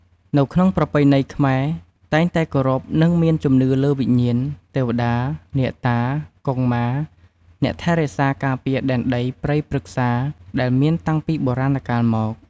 នៅក្នុងប្រពៃណីខ្មែរតែងតែគោរព និងមានជំនឿលើវិញ្ញាណ ទេវតា អ្នកតា កុងម៉ា អ្នកថែរក្សាការពារដែនដីព្រៃព្រឹក្សា ដែលមានតាំងពីបុរាណកាលមក។